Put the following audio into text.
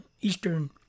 Eastern